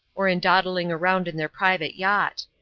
or in dawdling around in their private yacht.